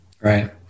right